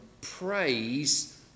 praise